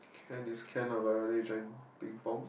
can is can lah but rather you join ping pong